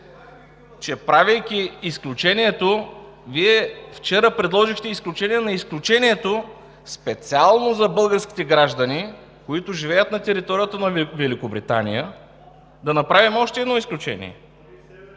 че правейки изключението, Вие вчера предложихте изключение на изключението специално за българските граждани, които живеят на територията на Великобритания, да направим още едно изключение